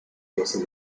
vessel